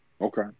Okay